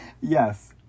Yes